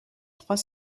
trois